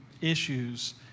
issues